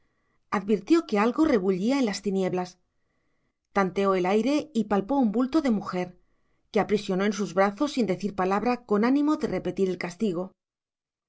advirtió que algo rebullía en las tinieblas tanteó el aire y palpó un bulto de mujer que aprisionó en sus brazos sin decir palabra con ánimo de repetir el castigo